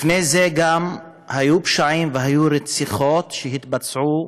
גם לפני זה היו פשעים והיו רציחות שהתבצעו